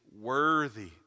worthy